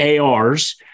ARs